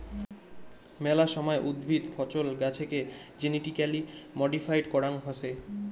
মেলা সময় উদ্ভিদ, ফছল, গাছেকে জেনেটিক্যালি মডিফাইড করাং হসে